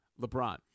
LeBron